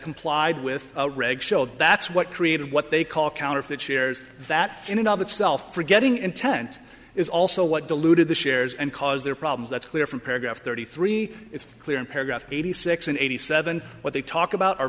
complied with a reg show that's what created what they call counterfeit shares that in all that sell for getting intent is also what diluted the shares and caused their problems that's clear from paragraph thirty three it's clear in paragraph eighty six and eighty seven what they talk about